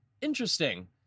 interesting